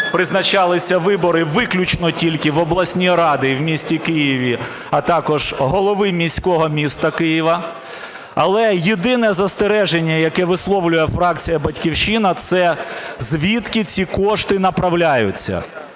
призначалися вибори виключно тільки в обласні ради і в місті Києві, а також голови міського міста Києва. Але єдине застереження, яке висловлює фракція "Батьківщина" – це звідки ці кошти направляються.